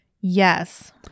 Yes